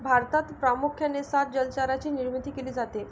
भारतात प्रामुख्याने सात जलचरांची निर्मिती केली जाते